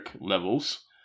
levels